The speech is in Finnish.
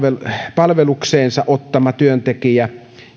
palvelukseensa ottama työntekijä